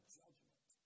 judgment